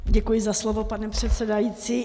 Děkuji za slovo, pane předsedající.